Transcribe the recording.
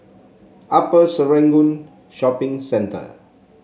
Upper Serangoon Shopping Centre